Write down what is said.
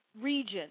region